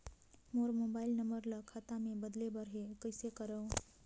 मोर mobile number ल खाता मे बदले बर हे कइसे करव?